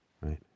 Right